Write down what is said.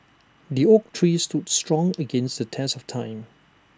the oak tree stood strong against the test of time